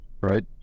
right